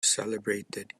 celebrated